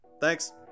thanks